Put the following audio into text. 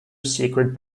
secret